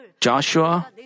Joshua